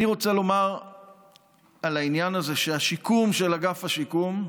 אני רוצה לומר על העניין הזה שהשיקום של אגף השיקום,